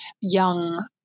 young